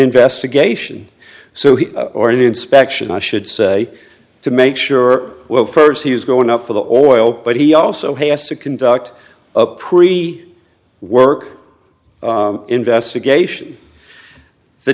investigation so he or an inspection i should say to make sure well first he is going up for the oil but he also has to conduct a pre work investigation if the